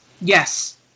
Yes